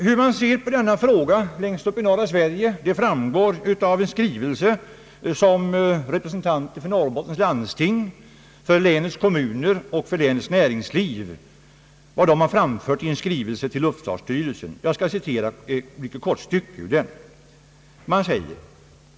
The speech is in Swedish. Hur man ser på denna fråga längst upp i norra Sverige framgår av en skrivelse som representanter för Norrbottens landsting, för länets kommuner och för länets näringsliv framfört till luftfartsstyrelsen. Jag skall citera ett kort stycke ur denna skrivelse.